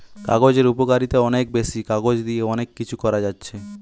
কাগজের উপকারিতা অনেক বেশি, কাগজ দিয়ে অনেক কিছু করা যাচ্ছে